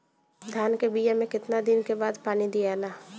धान के बिया मे कितना दिन के बाद पानी दियाला?